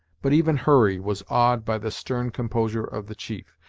but even hurry was awed by the stern composure of the chief,